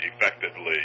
effectively